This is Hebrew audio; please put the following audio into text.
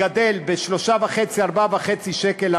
עולה לגדל 3.5 4.5 שקל,